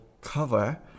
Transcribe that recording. cover